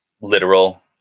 literal